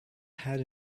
had